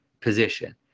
position